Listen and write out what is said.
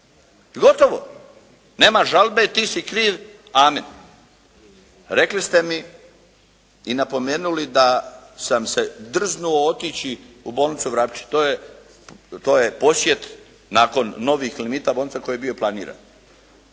I gotovo, nema žalbe, ti si kriv, amen. Rekli ste mi i napomenuli da sam se drznuo otići u bolnicu Vrapče. To je posjet nakon novih limita bolnica koji je bio planiran.